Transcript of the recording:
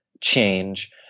change